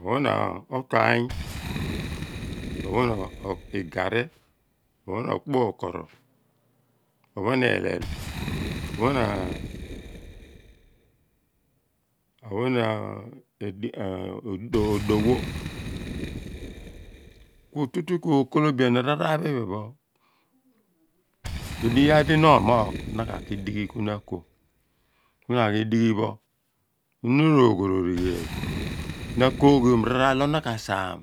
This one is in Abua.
ophon na okaany ophon igaari ophon okpukoro opho eleel ophen ophen a one odowoh kutu tu kookolobean raar pho ephen pho edighi iyaar di na omoogh na ka ki dighi kuna ako ku na aghi dighi pho na ro gho ro righeel na agkooghiom raar di na ka saam